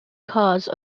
cause